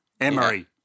Emery